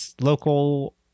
local